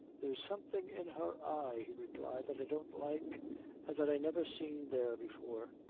there's something in her eye, he replied, that i don't like, and that i never seen there before.